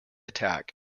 attack